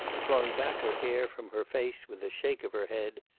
flung back her hair from her face with a shake of her head,